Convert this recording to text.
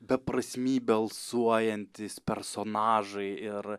beprasmybe alsuojantys personažai ir